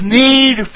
need